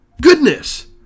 Goodness